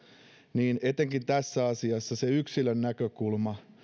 niin etenkin tässä asiassa se yksilön näkökulma